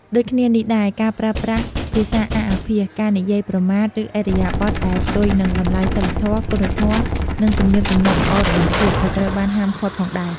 ដូចគ្នានេះដែរ ការប្រើប្រាស់ភាសាអាសអាភាស ការនិយាយប្រមាថ ឬឥរិយាបថដែលផ្ទុយនឹងតម្លៃសីលធម៌ គុណធម៌ និងទំនៀមទម្លាប់ល្អរបស់ជាតិ ក៏ត្រូវបានហាមឃាត់ផងដែរ។